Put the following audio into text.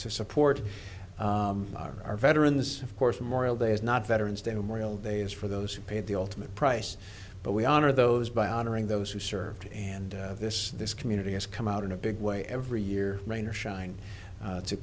to support our veterans of course memorial day is not veterans day morial day is for those who paid the ultimate price but we honor those by honoring those who served and this this community has come out in a big way every year rain or shine